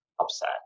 upset